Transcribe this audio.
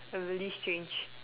a really strange